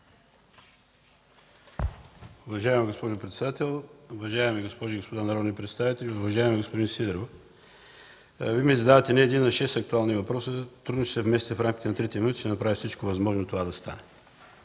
Уважаема госпожо председател, уважаеми госпожи и господа народни представители! Уважаеми господин Сидеров, Вие ми задавате не един, а шест актуални въпроса. Трудно ще се вместя в рамките на три минути, но ще направя всичко възможно това да стане.